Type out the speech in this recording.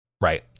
right